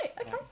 okay